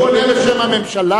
הוא עונה בשם הממשלה.